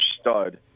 stud